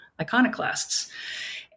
iconoclasts